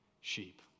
sheep